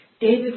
David